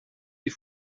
die